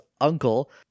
uncle